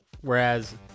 whereas